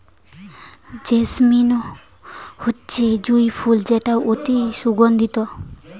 jasmine হচ্ছে জুঁই ফুল যেটা অতি সুগন্ধিত